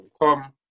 Tom